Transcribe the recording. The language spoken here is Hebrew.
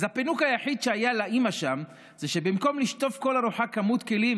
אז הפינוק היחיד שהיה לאימא שם זה שבמקום לשטוף כל ארוחה כמות כלים